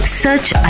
search